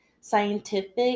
scientific